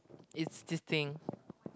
it's this thing